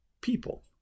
people